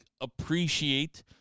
appreciate